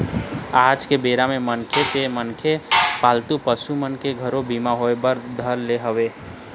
आज के बेरा म मनखे ते मनखे पालतू पसु मन के घलोक बीमा होय बर धर ले हवय